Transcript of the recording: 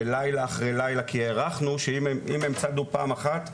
ולילה אחרי לילה כי הערכנו שאם הם צדו פעם אחת,